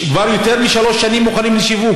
כבר יותר משלוש שנים מוכנים לשיווק.